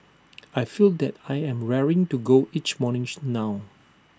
I feel that I'm raring to go each morning now